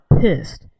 pissed